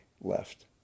left